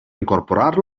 incorporar